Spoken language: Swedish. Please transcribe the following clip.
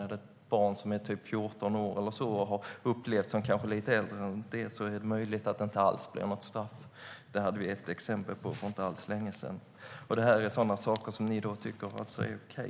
Är det ett barn som är 14 år eller så och har upplevts som lite äldre är det möjligt att det inte alls blir något straff; det hade vi ett exempel på för inte alls så länge sedan. Det är alltså sådana saker ni tycker är okej.